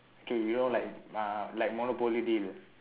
okay you know like uh like Monopoly Deal